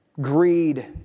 greed